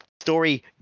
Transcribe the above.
story